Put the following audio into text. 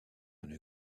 une